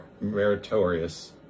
meritorious